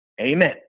Amen